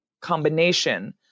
combination